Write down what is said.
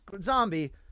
Zombie